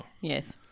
Yes